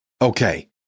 Okay